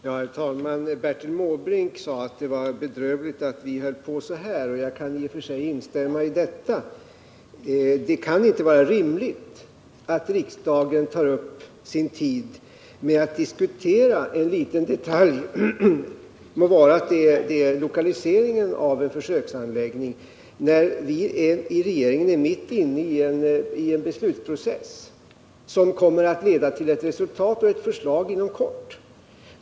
Herr talman! Bertil Måbrink sade att det var bedrövligt att vi höll på så här. Jag kan i och för sig instämma i det. Det kan inte vara rimligt att riksdagen tar upp sin tid med att diskutera en liten detalj — låt vara att det gäller lokaliseringen av en försöksanläggning — när vi i regeringen är mitt inne i en beslutsprocess som kommer att leda till resultat och förslag inom kort.